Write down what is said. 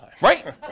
Right